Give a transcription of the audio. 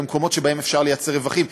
במקומות שבהם אפשר ליצור רווחים.